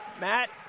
Matt